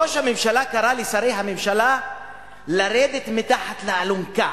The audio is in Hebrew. ראש הממשלה קרא לשרי הממשלה לרדת מתחת לאלונקה